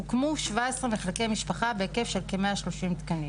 הוקמו 17 מחלקי משפחה בהיקף של כ-130 תקנים.